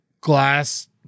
glass